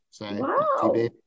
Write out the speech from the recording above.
Wow